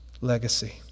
legacy